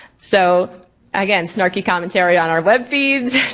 so again, snarky commentary on our web feeds.